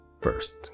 First